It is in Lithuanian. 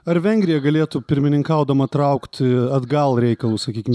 ar vengrija galėtų pirmininkaudama traukti atgal reikalus sakykim